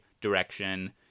direction